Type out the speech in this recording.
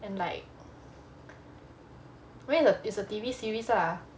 and like it's a T_V series lah